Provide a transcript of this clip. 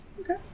Okay